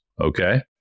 okay